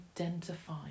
identify